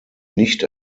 nicht